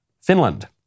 Finland